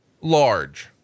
large